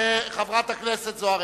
חברת הכנסת זוארץ.